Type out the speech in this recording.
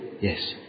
Yes